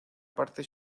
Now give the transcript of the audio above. parte